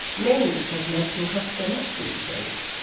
mainly because medicine costs so much these days,